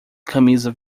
camisa